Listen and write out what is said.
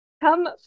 come